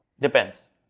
Depends